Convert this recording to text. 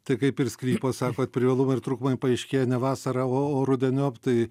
tai kaip ir sklypo sakot privalumai ir trūkumai paaiškėja ne vasarą o rudeniop tai